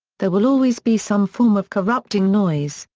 there will always be some form of corrupting noise,